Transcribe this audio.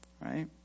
right